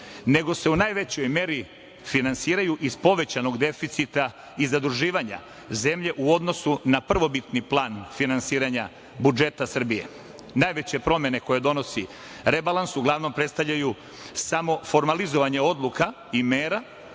nego se u najvećoj meri finansiraju iz povećanog deficita i zaduživanja zemlje u odnosu na prvobitni plan finansiranja budžeta Srbije. Najveće promene koje donosi rebalans uglavnom predstavljaju samo formalizovanje odluka i mera